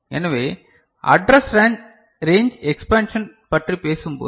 எனவே address range expansion பற்றி பேசும்போது